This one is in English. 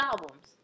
albums